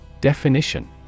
Definition